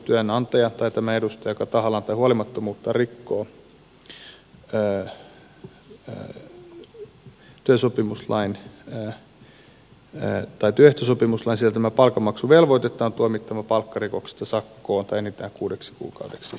työnantaja tai tämän edustaja joka tahallaan tai huolimattomuuttaan rikkoo työehtosopimuslain sisältämää palkanmaksuvelvoitetta on tuomittava palkkarikoksesta sakkoon tai enintään kuudeksi kuukaudeksi vankeuteen